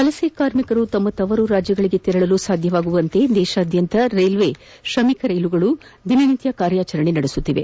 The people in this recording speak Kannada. ವಲಸೆ ಕಾರ್ಮಿಕರು ತಮ್ಮ ತವರು ರಾಜ್ಯಗಳಿಗೆ ತೆರಳಲು ಸಾಧ್ಯವಾಗುವಂತೆ ದೇಶಾದ್ಯಂತ ರೈಲ್ವೆ ಶ್ರಮಿಕ್ ರೈಲುಗಳು ದಿನನಿತ್ತ ಕಾರ್ಯಾಚರಣೆ ನಡೆಸುತ್ತಿದೆ